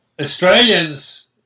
Australians